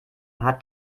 hat